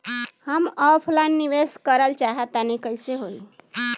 हम ऑफलाइन निवेस करलऽ चाह तनि कइसे होई?